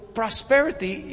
prosperity